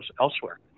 elsewhere